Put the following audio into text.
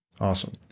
awesome